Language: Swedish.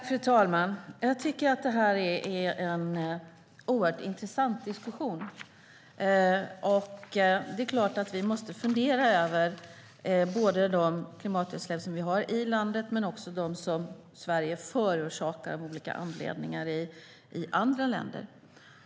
Fru talman! Jag tycker att det här är en oerhört intressant diskussion. Det är klart att vi måste fundera över de klimatutsläpp som vi har i landet men också de klimatutsläpp som Sverige av olika anledningar förorsakar i andra länder.